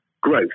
growth